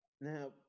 Now